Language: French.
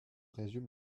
résume